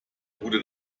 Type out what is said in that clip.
gute